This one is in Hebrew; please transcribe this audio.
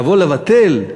לבוא לבטל,